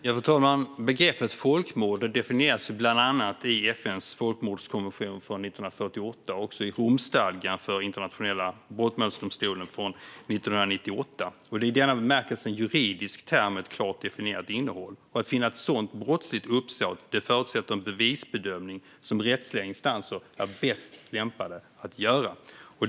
Fru talman! Begreppet folkmord definieras bland annat i FN:s folkmordskonvention från 1948 och också i Romstadgan för Internationella brottmålsdomstolen från 1998. Det är i denna bemärkelse en juridisk term med ett klart definierat innehåll. Att finna ett sådant brottsligt uppsåt förutsätter en bevisbedömning som rättsliga instanser är bäst lämpade att göra.